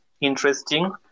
Interesting